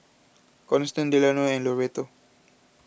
Constance Delano and Loretto